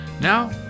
Now